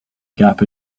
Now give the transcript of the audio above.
gap